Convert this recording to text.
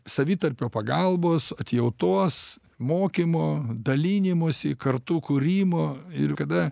savitarpio pagalbos atjautos mokymo dalinimosi kartu kūrimo ir kada